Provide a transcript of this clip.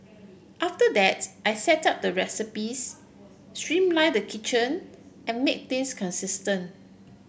after that I set up the recipes streamline the kitchen and made things consistent